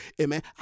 amen